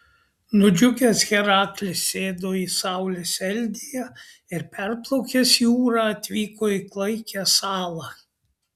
nudžiugęs heraklis sėdo į saulės eldiją ir perplaukęs jūrą atvyko į klaikią salą